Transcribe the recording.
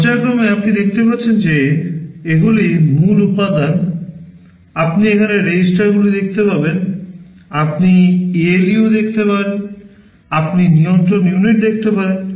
পর্যায়ক্রমে আপনি দেখতে পাচ্ছেন যে এগুলি মূল উপাদান আপনি এখানে রেজিস্টারগুলি দেখতে পারেন আপনি ALU দেখতে পারেন আপনি নিয়ন্ত্রণ ইউনিট দেখতে পারেন